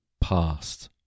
past